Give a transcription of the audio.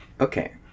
Okay